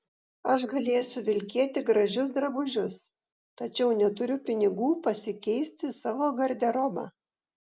aš galėsiu vilkėti gražius drabužius tačiau neturiu pinigų pasikeisti savo garderobą